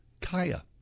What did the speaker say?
Kaya